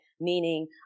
Meaning